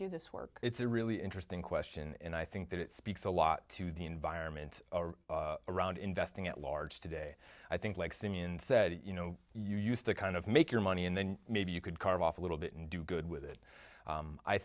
do this work it's a really interesting question and i think that it speaks a lot to the environment around investing at large today i think like simeon said you know you used to kind of make your money and then maybe you could carve off a little bit and do good with it